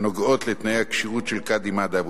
הנוגעות לתנאי הכשירות של קאדי מד'הב,